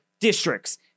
districts